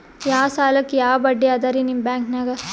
ಯಾ ಸಾಲಕ್ಕ ಯಾ ಬಡ್ಡಿ ಅದರಿ ನಿಮ್ಮ ಬ್ಯಾಂಕನಾಗ?